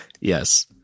Yes